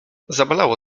zabolało